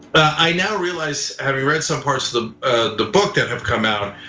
i now realize, having read some parts of the the book that have come out,